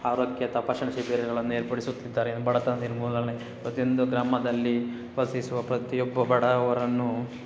ಆರೋಗ್ಯ ತಪಾಸಣೆ ಶಿಬಿರಗಳನ್ನು ಏರ್ಪಡಿಸುತ್ತಿದ್ದಾರೆ ಬಡತನ ನಿರ್ಮೂಲನೆ ಪ್ರತಿಯೊಂದು ಗ್ರಾಮದಲ್ಲಿ ವಾಸಿಸುವ ಪ್ರತಿಯೊಬ್ಬ ಬಡವರನ್ನು